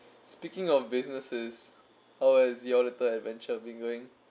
speaking of businesses how is your auditor adventure going